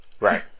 Right